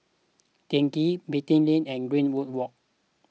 Teck Ghee Beatty Lane and Greenwood Walk